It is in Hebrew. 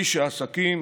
איש העסקים